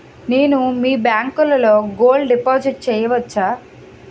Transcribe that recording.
నేను మీ బ్యాంకులో గోల్డ్ డిపాజిట్ చేయవచ్చా?